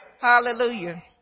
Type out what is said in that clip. Hallelujah